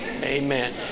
Amen